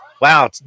Wow